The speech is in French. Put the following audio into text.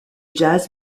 jazz